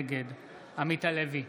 נגד עמית הלוי,